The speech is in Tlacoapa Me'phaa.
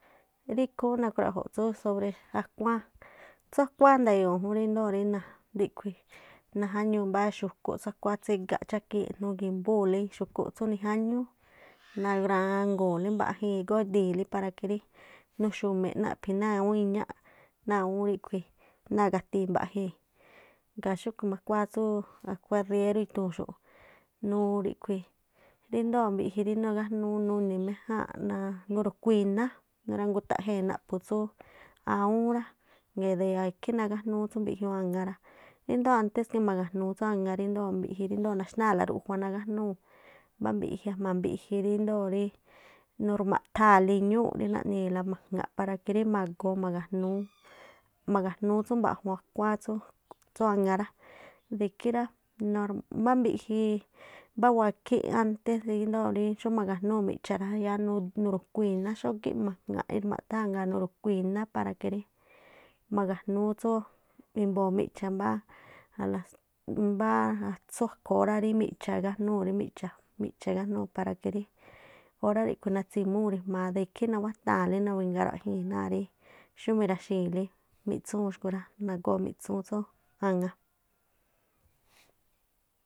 Rí ikhúúnꞌ nakhruaꞌjo rí tsú sobre akuáán, tsú a̱khuáán nda̱yo̱o̱ jun ríndo̱o rí ríꞌkhui̱. najáñuu mbá xu̱ꞌkúꞌ tsú akhuáán tsígaꞌ chágii̱nꞌ nugi̱mbúu̱nlí xu̱kú tsú nijáñúú nagrango̱o̱nlí. mbaꞌnii igódii̱n para que rí mbaꞌjii̱n igódi̱i̱nlí rí nuxu̱mi̱ꞌ naꞌphi̱ náa̱ awúún i̱ñaꞌnáa̱ awúún ríꞌkhui̱ ná̱a awúún gatii̱n baꞌjiin. Ŋgaa̱ xúꞌkhu̱ má akuáán tsú akhuáán ríérú ithuu̱n xúꞌ, nuu ríꞌkhu̱ ríndoo̱ mbiꞌji rí nagájnúú nuni méjáa̱nꞌ náa̱ nuru̱kuii̱ iná, nurangutaꞌjee̱ naꞌphu̱ tsú aawúún rá ikhí nagájnúú tsú mbiꞌjñúú a̱ŋa rá, índoo̱ ántes que maga̱jnúú tsú a̱ŋa ríndoo̱ mbiꞌji ríndo̱o naxnáa̱ la ruꞌjua nagájnúu̱, mbá mbi̱ꞌji ajma̱ mbiꞌji ríndoo̱ rí nurma̱tháa̱li i̱ñúu̱ꞌ rí naꞌni̱i̱la ma̱jŋa̱ꞌ para que rí ma̱goo ma̱ga̱jnúú ma̱ga̱jnúú tsú mba̱ꞌjuun akuáán tsú a̱ŋa rá, de ikhí rá mbá mbiꞌꞌji mbá wakhí antéríndo̱o rí xú ma̱ga̱jnúu̱ xú mi̱ꞌcha̱ rá, yáá nuru̱khuii̱ má xógíꞌ ma̱ŋa̱ꞌ i̱ma̱ꞌtháa̱ ngaa̱ nuru̱kuii̱ iná para que rí ma̱ga̱jnúún tsúú i̱mbo̱o̱ miꞌcha̱ mbáá mbáá atsú akhu̱ orá rí miꞌcha̱ gajnúu̱ rí miꞌcha̱, miꞌcha̱ igájnúu̱ para que rí orá ríꞌkhui̱ natsimúu̱ ri̱jma̱ade ikhí nawáta̱a̱nlí nawi̱ŋgaraꞌjii̱n náa̱ rí xú mi̱ra̱xi̱i̱nlí mi̱tsúu̱n xkhui̱ rá, ma̱goo miꞌtsúu̱n a̱ŋa.